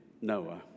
Noah